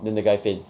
then the guy faint